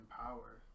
power